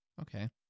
Okay